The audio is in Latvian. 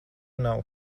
nav